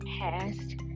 past